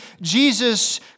Jesus